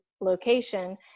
location